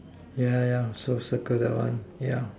yeah yeah yeah so circle that one yeah